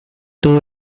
todo